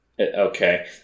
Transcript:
Okay